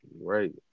Right